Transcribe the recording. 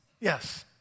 Yes